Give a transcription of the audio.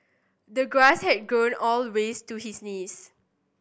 the grass had grown all ways to his knees